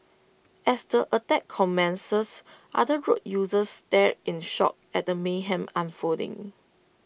as the attack commences other road users stared in shock at the mayhem unfolding